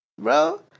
bro